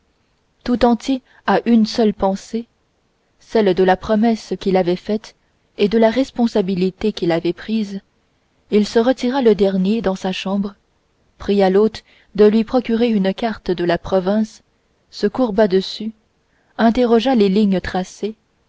tout entier à une seule pensée celle de la promesse qu'il avait faite et de la responsabilité qu'il avait prise il se retira le dernier dans sa chambre pria l'hôte de lui procurer une carte de la province se courba dessus interrogea les lignes tracées